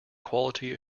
quality